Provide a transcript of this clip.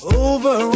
over